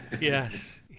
Yes